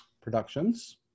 productions